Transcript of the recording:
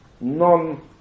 non